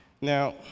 Now